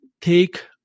take